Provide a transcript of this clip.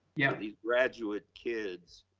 yeah the graduate kids.